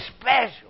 special